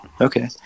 okay